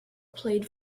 played